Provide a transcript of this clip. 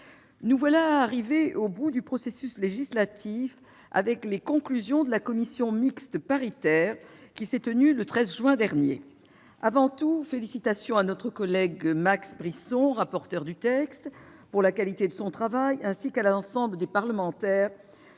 nous voici arrivés au terme d'un processus législatif, avec les conclusions de la commission mixte paritaire qui s'est tenue le 13 juin dernier. Avant tout, j'adresse mes félicitations à notre collègue Max Brisson, rapporteur, pour la qualité de son travail, ainsi qu'à l'ensemble des parlementaires